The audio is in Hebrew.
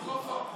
רמקול.